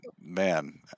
man